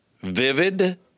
vivid